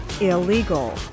illegal